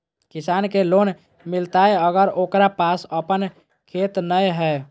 किसान के लोन मिलताय अगर ओकरा पास अपन खेत नय है?